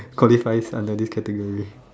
qualifies under this category